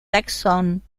taxón